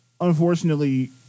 unfortunately